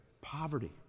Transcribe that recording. poverty